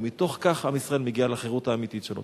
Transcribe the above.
ומתוך כך עם ישראל מגיע לחירות האמיתית שלו.